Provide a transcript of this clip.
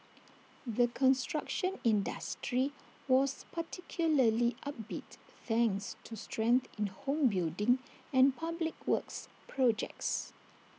the construction industry was particularly upbeat thanks to strength in home building and public works projects